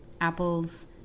Apples